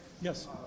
Yes